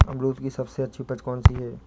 अमरूद की सबसे अच्छी उपज कौन सी है?